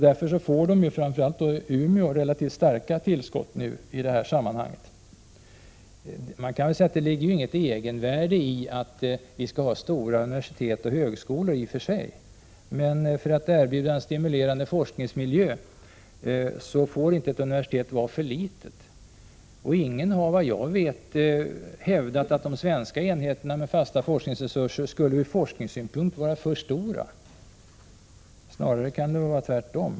Därför får de, och framför allt Umeå, i detta sammanhang relativt höga tillskott nu. Det ligger inget egenvärde i att ha stora universitet och högskolor. Men för att kunna erbjuda en stimulerande forskningsmiljö får inte ett universitet vara för litet. Ingen har vad jag vet hävdat att de svenska enheterna med fasta forskningsresurser skulle ur forskningssynpunkt vara för stora, snarare tvärtom.